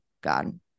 God